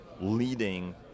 leading